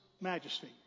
majesty